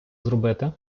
зробити